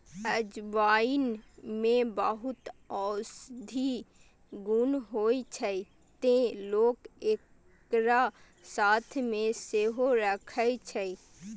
अजवाइन मे बहुत औषधीय गुण होइ छै, तें लोक एकरा साथ मे सेहो राखै छै